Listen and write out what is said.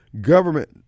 government